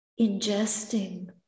ingesting